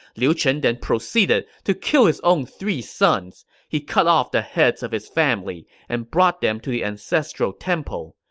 liu chen then proceeded to kill his own three sons. he cut off the heads of his family and brought them to the ancestral temple.